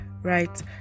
right